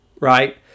right